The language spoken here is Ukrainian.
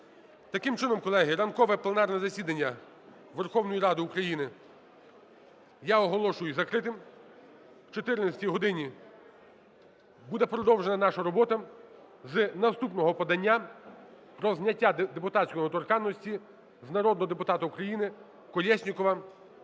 Таким чином, колеги, ранкове пленарне засідання Верховної Ради України я оголошую закритим. О 4 годині буде продовжена наша робота з наступного подання про зняття депутатської недоторканності з народного депутата України Колєснікова.